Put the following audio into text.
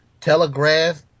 telegraph